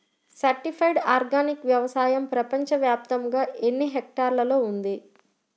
Certified organic వ్యవసాయం ప్రపంచ వ్యాప్తముగా ఎన్నిహెక్టర్లలో ఉంది?